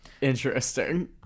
Interesting